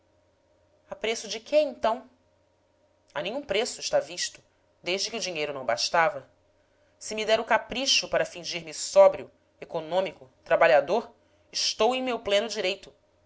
a preço de que então a nenhum preço está visto desde que o dinheiro não bastava se me der o capricho para fingirme sóbrio econômico trabalhador estou em meu pleno direito